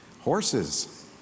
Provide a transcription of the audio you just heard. Horses